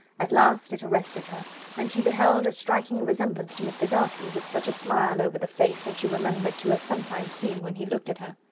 at last it arrested her and she beheld a striking resemblance to mr. darcy, with such a smile over the face as she remembered to have sometimes seen when he looked at her.